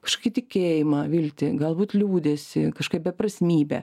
kažkokį tikėjimą viltį galbūt liūdesį kažkaip beprasmybę